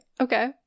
Okay